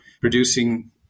producing